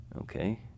Okay